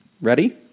Ready